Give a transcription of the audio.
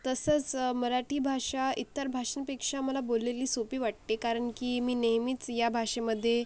तसंच मराठी भाषा इतर भाषांपेक्षा मला बोललेली सोपी वाटते कारण की मी नेहमीच या भाषेमध्ये